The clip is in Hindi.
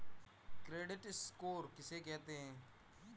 क्रेडिट स्कोर किसे कहते हैं?